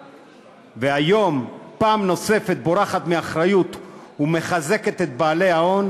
והיום פעם נוספת בורחת מאחריות ומחזקת את בעלי ההון,